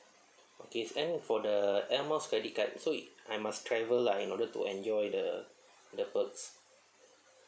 okay and for the air miles credit card so if I must travel lah in order to enjoy the the perks